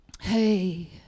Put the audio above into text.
Hey